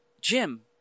Jim